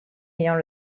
ayant